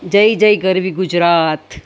જય જય ગરવી ગુજરાત